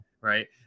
right